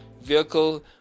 vehicle